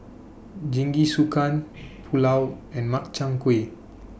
Jingisukan Pulao and Makchang Gui